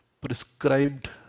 prescribed